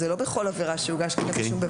זה לא בכל עבירה שהוגש כתב אישום.